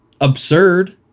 absurd